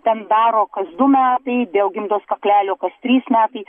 ten daro kas du metai dėl gimdos kaklelio kas trys metai